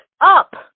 up